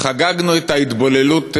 חגגנו את ההתבוללות שלהם,